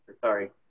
sorry